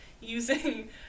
using